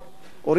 אורית נוקד,